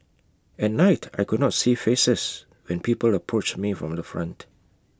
at night I could not see faces when people approached me from the front